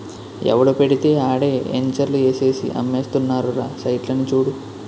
ఎవడు పెడితే ఆడే ఎంచర్లు ఏసేసి అమ్మేస్తున్నారురా సైట్లని చూడు